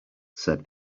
said